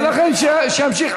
ולכן, שימשיך.